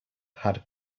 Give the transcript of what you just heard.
had